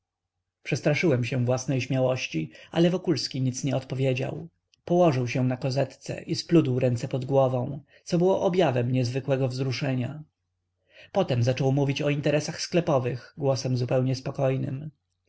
przestraszyłem się własnej śmiałości ale wokulski nic nie odpowiedział położył się na kozetce i splótł ręce pod głową co było objawem niezwykłego wzruszenia potem zaczął mówić o interesach sklepowych głosem zupełnie spokojnym